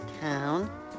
town